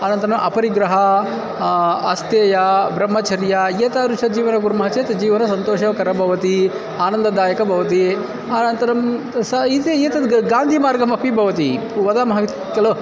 अनन्तरम् अपरिग्रहः अस्थेयः ब्रह्मचर्यम् एतादृश जीवनं कुर्मः चेत् जीवनं सन्तोषकरं भवति आनन्ददायकं भवति अनन्तरं सः इति एतत् गान्धीमार्गमपि भवति वदामः खलु